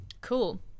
Cool